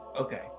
Okay